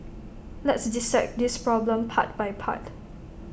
let's dissect this problem part by part